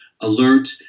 alert